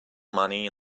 money